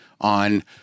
on